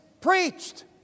preached